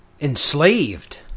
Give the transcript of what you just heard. Enslaved